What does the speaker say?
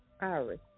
Iris